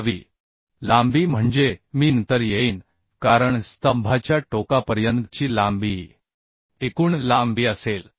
प्रभावी लांबी म्हणजे मी नंतर येईन कारण स्तंभाच्या टोकापर्यंतची लांबी ही एकूण लांबी असेल